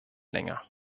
länger